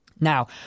Now